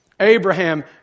Abraham